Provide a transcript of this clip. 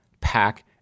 pack